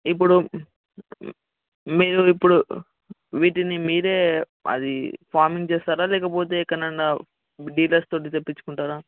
ఇప్పుడు మీరు ఇప్పుడు వీటిని మీరు అది ఫార్మింగ్ చేస్తారా లేకపోతే ఎక్కడ అన్న డీలర్స్తో తెప్పించుకుంటారా